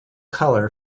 colour